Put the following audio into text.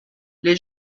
les